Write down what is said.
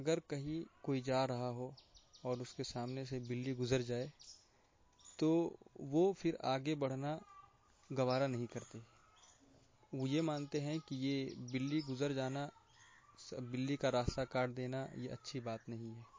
اگر کہیں کوئی جا رہا ہو اور اس کے سامنے سے بلی گزر جائے تو وہ پھر آگے بڑھنا گوارا نہیں کرتے وہ یہ مانتے ہیں کہ یہ بلی گزر جانا بلی کا راستہ کاٹ دینا یہ اچھی بات نہیں ہے